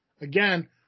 Again